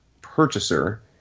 purchaser